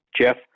Jeff